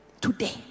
today